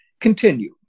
continue